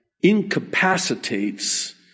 incapacitates